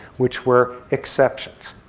which were exceptions.